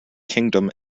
kingdom